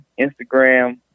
Instagram